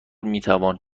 میتوان